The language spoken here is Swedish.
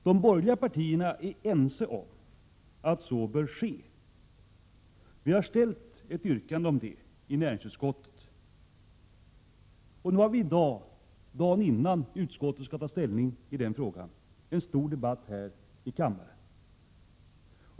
De borgerliga partierna är ense om att så bör ske. Vi har ställt ett yrkande om det i näringsutskottet. Nu har vi i dag — dagen innan utskottet skall ta ställning i den frågan — en stor debatt i kammaren.